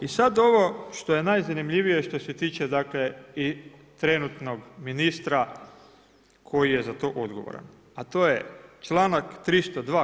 I sada ovo što je najzanimljivije što se tiče i trenutnog ministra koji je za to odgovoran, a to je članak 302.